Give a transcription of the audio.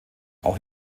auch